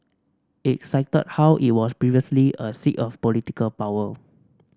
it cited how it was previously a seat of political power